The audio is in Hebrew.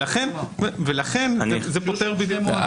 זה יפתור את זה,